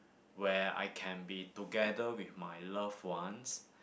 where I can be together with my loved ones